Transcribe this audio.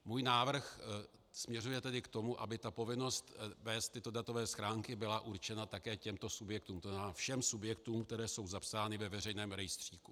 Můj návrh směřuje tedy k tomu, aby povinnost vést tyto datové schránky byla určena také těmto subjektům, tzn. všem subjektům, které jsou zapsány ve veřejném rejstříku.